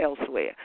elsewhere